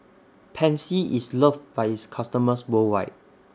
Pansy IS loved By its customers worldwide